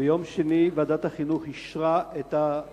ביום שני אישרה ועדת החינוך את המחירים,